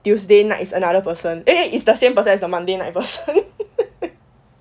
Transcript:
tuesday night is another person eh it's the same person is the monday night